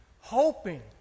hoping